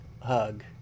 hug